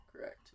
Correct